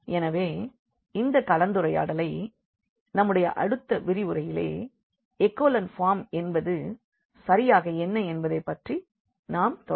எனவே இந்த கலந்துரையாடலை நம்முடைய அடுத்த விரிவுரையிலே எகோலன் ஃபார்ம் என்பது சரியாக என்ன என்பதை பற்றி நாம் தொடருவோம்